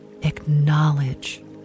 acknowledge